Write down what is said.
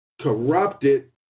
corrupted